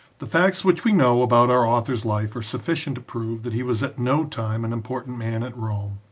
the facts which we know about our author's life are sufficient to prove that he was at no time an important man at rome.